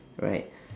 right